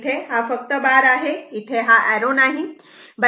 इथे हा फक्त बार आहे एर्रो नाही